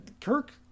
Kirk